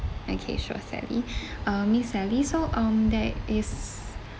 okay sure sally um miss sally so um there is